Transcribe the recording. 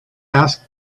asked